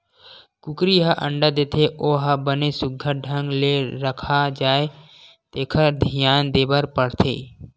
कुकरी ह अंडा देथे ओ ह बने सुग्घर ढंग ले रखा जाए तेखर धियान देबर परथे